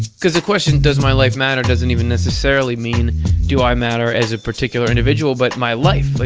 because the question does my life matter? doesn't even necessarily mean do i matter as a particular individual, but, my life! like,